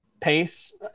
pace